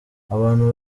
abantu